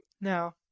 Now